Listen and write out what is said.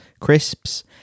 crisps